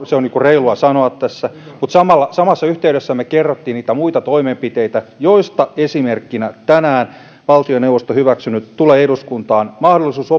se on reilua sanoa tässä mutta samassa yhteydessä me kerroimme niitä muita toimenpiteitä joista esimerkkinä tänään valtioneuvosto hyväksynyt tulee eduskuntaan on mahdollisuus